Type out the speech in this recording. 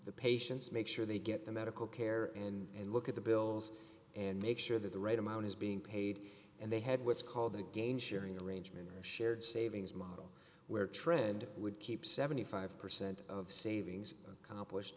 the patients make sure they get the medical care and look at the bills and make sure that the right amount is being paid and they had what's called again sharing arrangement or a shared savings model where trend would keep seventy five percent of savings comp